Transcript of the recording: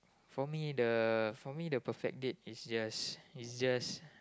for me the for me the perfect date is just is just